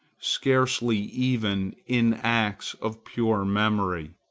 scarcely even in acts of pure memory,